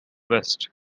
vest